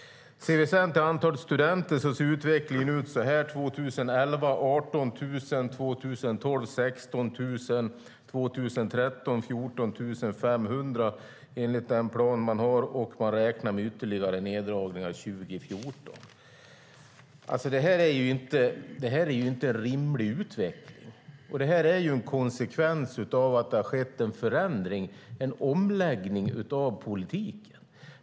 Ser vi sedan till antalet studenter ser utvecklingen ut så här: 2011 var det 18 000 studenter, 2012 är de 16 000 och 2013 blir de 14 500 enligt den plan man har, och man räknar med ytterligare neddragningar 2014. Det här är inte en rimlig utveckling. Det är en konsekvens av att det har skett en förändring, en omläggning av politiken.